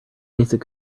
basic